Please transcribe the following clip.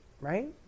right